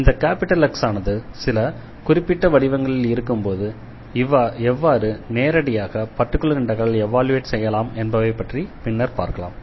இந்த X ஆனது சில குறிப்பிட்ட வடிவங்களில் இருக்கும்போது எவ்வாறு நேரடியாக பர்டிகுலர் இண்டெக்ரலை எவால்யுயேட் செய்யலாம் என்பவை பற்றி பின்னர் பார்க்கலாம்